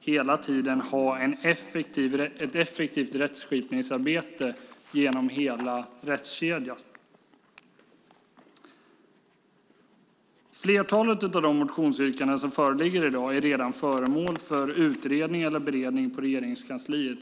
hela tiden ha ett effektivt rättskipningsarbete genom hela rättskedjan. Flertalet av de motionsyrkanden som föreligger i dag är redan föremål för utredning eller beredning i Regeringskansliet.